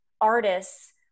artists